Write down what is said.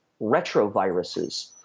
retroviruses